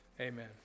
Amen